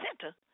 center